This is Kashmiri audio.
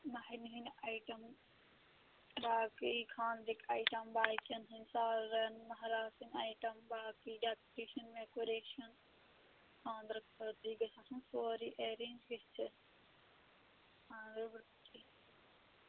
مَہَرنہِ ہٕنٛدۍ آیٹَم باقٕے خانٛدرٕکۍ آیٹَم باقیَن ہٕنٛدۍ سالرَن مہرازٕ سٕنٛدی آیٹَم باقٕے ڈیکشَن ویکوریشَن خانٛدرٕ خٲطرٕ یہِ گَژھِ آسُن سورُے ایرینٛج گژھِتھ خانٛدرٕ برٛونٛٹھٕے